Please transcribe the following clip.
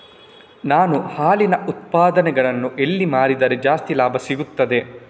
ನಾನು ಹಾಲಿನ ಉತ್ಪನ್ನಗಳನ್ನು ಎಲ್ಲಿ ಮಾರಿದರೆ ಜಾಸ್ತಿ ಲಾಭ ಸಿಗುತ್ತದೆ?